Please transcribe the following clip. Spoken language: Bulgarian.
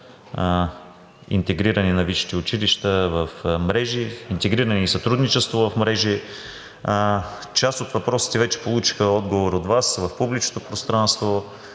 интегриране на висшите училища в мрежи, интегриране и сътрудничество в мрежи. Част от въпросите вече получиха отговор от Вас в публичното пространство.